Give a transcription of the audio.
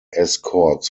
escorts